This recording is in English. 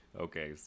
Okay